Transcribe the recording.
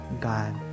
god